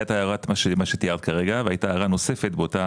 הייתה ההערה כפי שתיארת כרגע והייתה הערה נוספת באותה